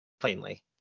plainly